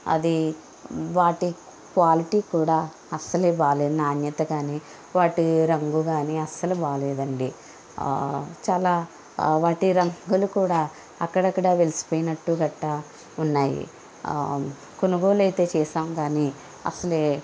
అదీ వాటి క్వాలిటీ కూడా అసలే బాగలేదు నాణ్యత కానీ వాటి రంగు కానీ అసలు బాగలేదండి చాలా వాటి రంగులు కూడా అక్కడక్కడ వెలిసిపోయినట్టు గట్టా ఉన్నాయి కొనుగోలు అయితే చేసాం కానీ అసలే